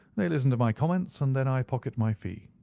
they listen to my comments, and then i pocket my fee.